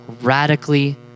radically